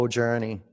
journey